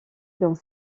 dans